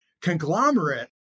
conglomerate